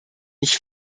ich